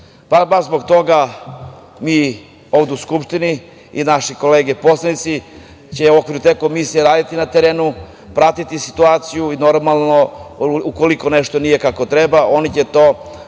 Baš zbog toga mi ovde u Skupštini i naše kolege poslanici će u okviru te komisije raditi na terenu, pratiti situaciju i ukoliko nešto nije kako treba, oni će to